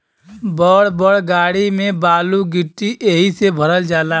बड़ बड़ गाड़ी में बालू गिट्टी एहि से भरल जाला